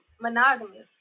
monogamous